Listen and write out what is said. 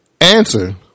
Answer